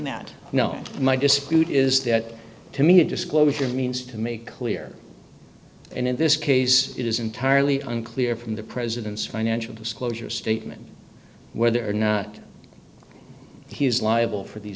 dispute is that to me a disclosure means to make clear and in this case it is entirely unclear from the president's financial disclosure statement whether or not he is liable for these